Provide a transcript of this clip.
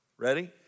Ready